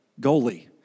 goalie